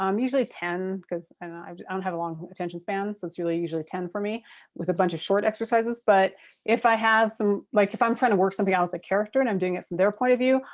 um usually ten because and i don't have a long attention span, so it's really usually ten for me with a bunch of short exercises, but if i have some, like if i'm trying to work something out with a character and i'm doing it from their point of view,